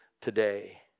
today